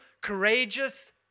courageous